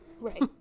Right